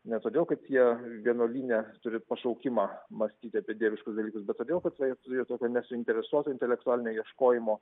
ne todėl kad jie vienuolyne turi pašaukimą mąstyti apie dieviškus dalykus bet todėl kad tai turėtų nesuinteresuoto intelektualinio ieškojimo